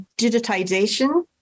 digitization